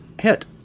hit